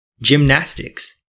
gymnastics